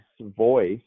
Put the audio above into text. voice